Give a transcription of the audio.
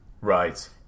Right